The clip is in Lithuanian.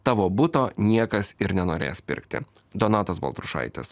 tavo buto niekas ir nenorės pirkti donatas baltrušaitis